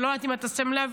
אני לא יודעת אם אתה שם לב,